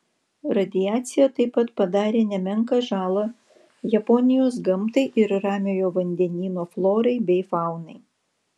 radiacija taip pat padarė nemenką žalą japonijos gamtai ir ramiojo vandenyno florai bei faunai